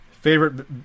Favorite